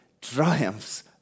triumphs